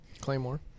Claymore